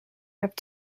have